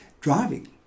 driving